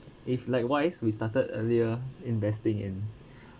if likewise we started earlier investing in